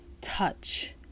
touch